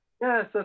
Yes